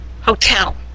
hotel